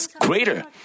greater